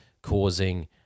causing